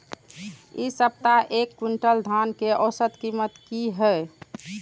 इ सप्ताह एक क्विंटल धान के औसत कीमत की हय?